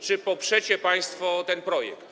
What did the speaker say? Czy poprzecie państwo ten projekt?